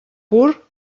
pur